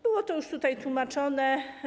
Było to już tutaj tłumaczone.